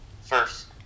first